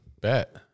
Bet